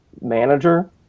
manager